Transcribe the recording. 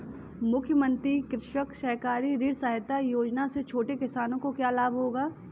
मुख्यमंत्री कृषक सहकारी ऋण सहायता योजना से छोटे किसानों को क्या लाभ होगा?